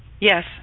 Yes